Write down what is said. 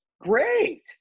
Great